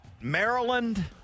Maryland